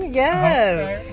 yes